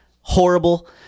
horrible